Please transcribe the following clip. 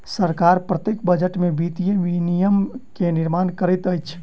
सरकार प्रत्येक बजट में वित्तीय विनियम के निर्माण करैत अछि